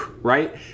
right